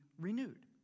renewed